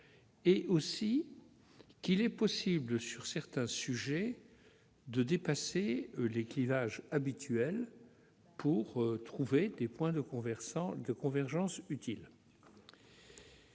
qu'il est possible, sur certains sujets, de dépasser les clivages habituels pour trouver d'utiles points de convergence.